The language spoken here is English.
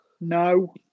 No